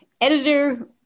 editor